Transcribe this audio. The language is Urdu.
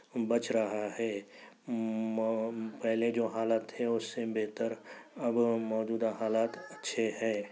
بچ رہا ہے پہلے جو حالات تھے اس سے بہتر اب موجودہ حالات اچھے ہے